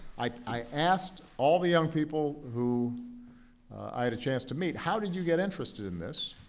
i asked all the young people who i had a chance to meet, how did you get interested in this?